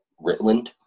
Ritland